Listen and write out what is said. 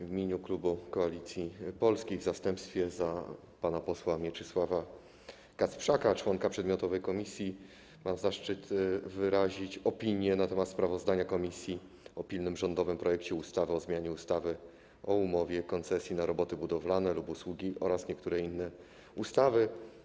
W imieniu klubu Koalicji Polskiej, w zastępstwie za pana posła Mieczysława Kasprzaka, członka przedmiotowej komisji, mam zaszczyt wyrazić opinię na temat sprawozdania komisji o pilnym rządowym projekcie ustawy o zmianie ustawy o umowie koncesji na roboty budowlane lub usługi oraz niektórych innych ustaw.